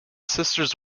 sisters